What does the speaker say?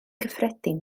gyffredin